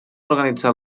organitzar